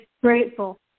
grateful